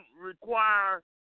require